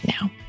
now